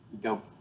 go